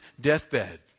deathbed